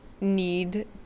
need